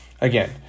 Again